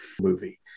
Movie